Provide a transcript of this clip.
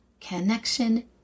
connection